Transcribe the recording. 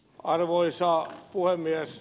arvoisa puhemies